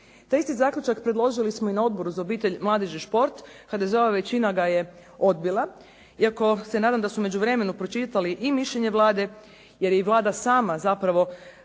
Taj isti zaključak predložili smo i na Odboru za obitelj, mladež i šport HDZ-ova većina ga je odbila, iako se nadam da su u međuvremenu pročitali i mišljenje Vlade jer je i Vlada sama zapravo